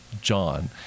John